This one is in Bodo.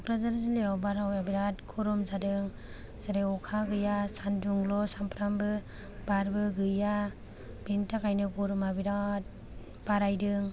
क'क्राझार जिल्लाआव बारहावा आ बिरात गरम जादों जेरै अखा गैया सानदुं ल' सानफ्रामबो बारबो गैया बिनि थाखायनो गरमा बिरात बारायदों